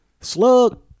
Slug